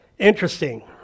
Interesting